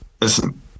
listen